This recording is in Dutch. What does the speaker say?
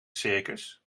circus